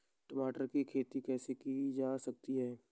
टमाटर की खेती कैसे की जा सकती है?